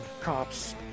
cops